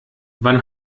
wann